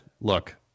look